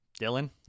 Dylan